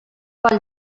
pel